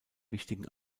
wichtigen